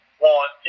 want